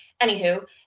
anywho